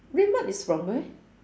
red mart is from where